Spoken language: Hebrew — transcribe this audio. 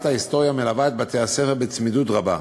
ההיסטוריה מלווה את בתי-הספר בצמידות רבה,